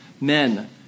men